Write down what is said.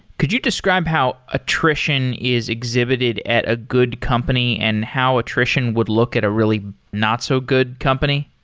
could you describe how attrition is exhibited at a good company and how attrition would look at a really not so good company?